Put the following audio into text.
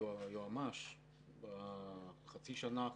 היועמ"ש בחצי השנה האחרונה,